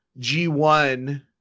G1